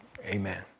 amen